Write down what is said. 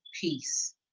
peace